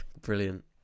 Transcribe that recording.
brilliant